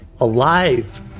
alive